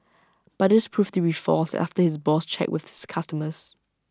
but this proved to be false after his boss checked with the customers